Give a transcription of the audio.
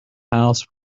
house